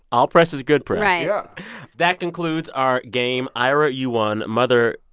all press is good press right yeah that concludes our game. ira, you won. mother,